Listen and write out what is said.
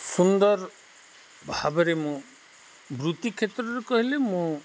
ସୁନ୍ଦର ଭାବରେ ମୁଁ ବୃତ୍ତି କ୍ଷେତ୍ରରେ କହିଲେ ମୁଁ